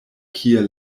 kie